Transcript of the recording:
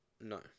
No